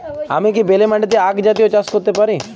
আমি কি বেলে মাটিতে আক জাতীয় চাষ করতে পারি?